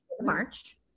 March